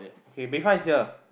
okay Bayfront is here